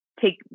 take